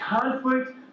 conflict